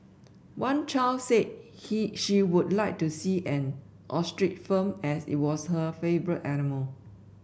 one child said he she would like to see an ostrich farm as it was her favourite animal